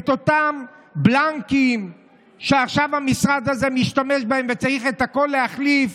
את אותם בלנקים שעכשיו המשרד הזה משתמש בהם וצריך את הכול להחליף.